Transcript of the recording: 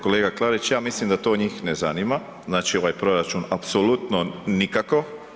Kolega Klarić, ja mislim da to njih ne zanima, znači ovaj proračun apsolutno nikako.